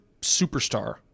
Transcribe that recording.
superstar